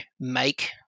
make